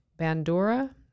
Bandura